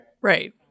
right